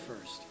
first